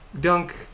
Dunk